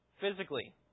physically